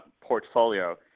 portfolio